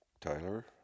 Tyler